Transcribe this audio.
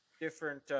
different